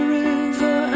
river